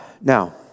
Now